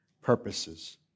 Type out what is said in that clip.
purposes